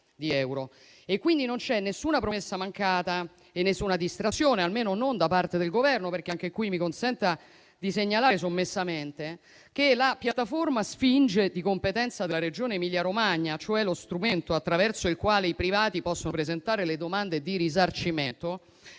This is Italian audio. Quindi, non ci sono nessuna promessa mancata e nessuna distrazione, almeno non da parte del Governo, perché, anche qui - mi consenta di segnalare, sommessamente - che la piattaforma Sfinge, di competenza della Regione Emilia-Romagna, cioè lo strumento attraverso il quale i privati possono presentare le domande di risarcimento,